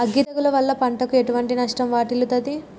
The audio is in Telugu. అగ్గి తెగులు వల్ల పంటకు ఎటువంటి నష్టం వాటిల్లుతది?